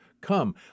Come